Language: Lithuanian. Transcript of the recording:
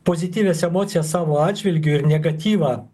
pozityvias emocijas savo atžvilgiu ir negatyvą